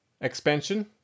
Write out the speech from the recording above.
expansion